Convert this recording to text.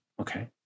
Okay